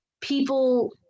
people